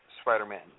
Spider-Man